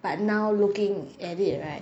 but now looking at it right